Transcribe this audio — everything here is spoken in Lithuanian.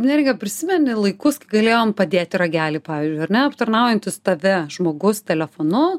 neringa prisimeni laikus galėjom padėti ragelį pavyzdžiui ar ne aptarnaujantis tave žmogus telefonu